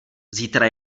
zítra